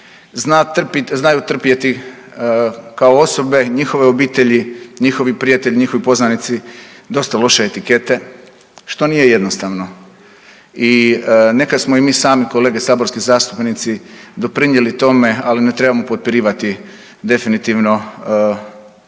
znaju trpjeti kao osobe, njihove obitelji, njihovi prijatelji, njihovi poznanici dosta loše etikete što nije jednostavno. I nekad smo i mi sami kolege saborski zastupnici doprinijeli tome, ali ne trebamo potpirivati definitivno takav